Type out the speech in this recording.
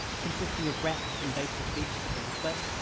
consisting of rats and basic vegetables, but